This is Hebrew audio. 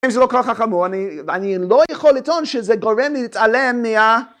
אם זה לא כל כך חמור, אני לא יכול לטעון שזה גורם להתעלם מה...